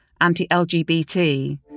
anti-LGBT